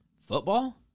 football